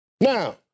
Now